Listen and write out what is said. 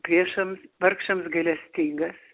priešams vargšams gailestingas